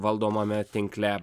valdomame tinkle